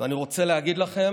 ואני רוצה להגיד לכם,